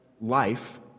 life